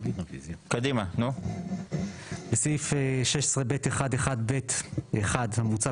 בסעיף 16(ב1)(1)(ב)(1) המוצע,